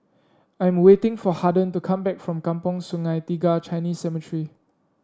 I am waiting for Haden to come back from Kampong Sungai Tiga Chinese Cemetery